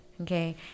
Okay